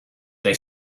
they